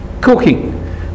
cooking